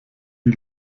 die